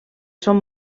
són